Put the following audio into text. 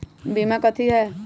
बीमा कथी है?